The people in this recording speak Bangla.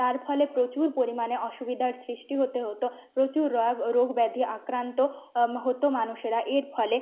তার ফলে প্রচুর পরিমাণে অসুবিধার সৃষ্টি হতে হতো প্রচুর রোগ রোগ ব্যাধি আক্রান্ত হতো মানুষেরা এর ফলে